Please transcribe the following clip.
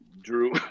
drew